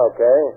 Okay